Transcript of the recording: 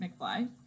McFly